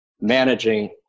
managing